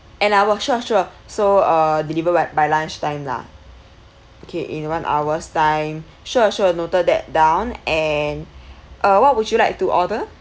and I will sure sure so uh deliver by by lunchtime lah okay in one hour time sure sure noted that down and uh what would you like to order